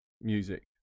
music